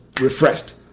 refreshed